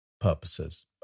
purposes